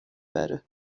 بره